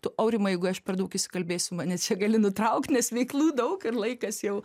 tu aurimai jeigu aš per daug įsikalbėsiu mane čia gali nutraukti nes veiklų daug ir laikas jau